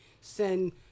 send